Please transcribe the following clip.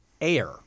air